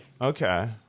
Okay